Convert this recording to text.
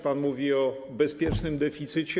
Pan mówi o bezpiecznym deficycie.